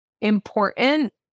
important